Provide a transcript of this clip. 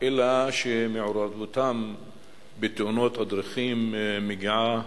מעורבותם בתאונות הדרכים מגיעה